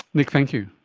nick, thank you.